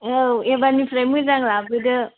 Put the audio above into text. औ एबारनिफ्राय मोजां लाबोदो